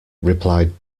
replied